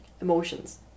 emotions